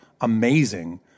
amazing